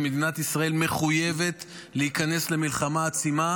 ומדינת ישראל מחויבת להיכנס למלחמה עצימה